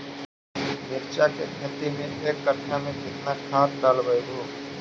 मिरचा के खेती मे एक कटा मे कितना खाद ढालबय हू?